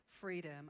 freedom